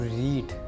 read